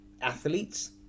athletes